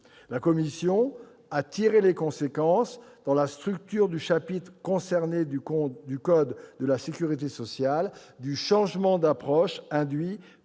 La commission a tiré les conséquences, dans la structure du chapitre concerné du code de la sécurité sociale, du changement d'approche induit